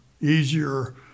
easier